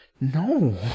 no